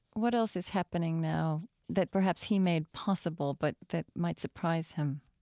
what else is happening now that perhaps he made possible, but that might surprise him?